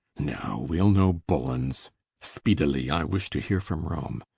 no, wee'l no bullens speedily i wish to heare from rome.